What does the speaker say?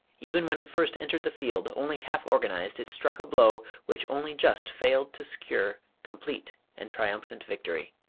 even when it first entered the field, only half organized, it struck a blow which only just failed to secure complete and triumphant victory.